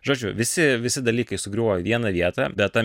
žodžiu visi visi dalykai sugriovo į vieną vietą bet ta